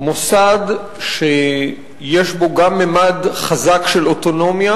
מוסד שיש בו גם ממד חזק של אוטונומיה,